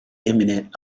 imminent